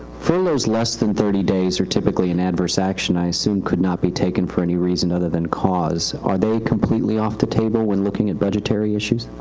furloughs less than thirty days are typically an adverse action i assume could not be taken for any reason other than cause. are they completely off the table when looking at budgetary issues?